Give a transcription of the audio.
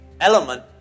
element